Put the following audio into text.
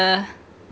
uh